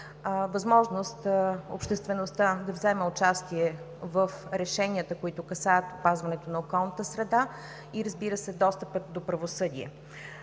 възможност обществеността да вземе участие в решенията, които касаят опазването на околната среда, и, разбира се, достъпът до правосъдие.